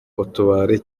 utubari